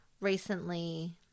recently